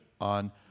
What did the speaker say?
on